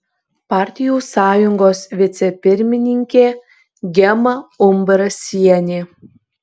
partijų sąjungos vicepirmininkė gema umbrasienė